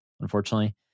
unfortunately